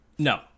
No